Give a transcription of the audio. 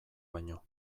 baino